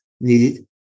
needed